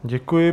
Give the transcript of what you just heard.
Děkuji.